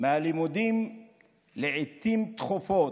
מהלימודים לעיתים תכופות,